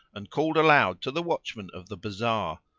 and called aloud to the watchman of the bazaar,